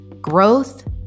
growth